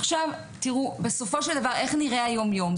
עכשיו תראו, בסופו של דבר, איך נראה היום יום?